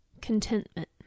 Contentment